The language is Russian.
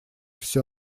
всё